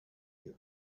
you